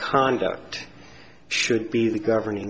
conduct should be the governing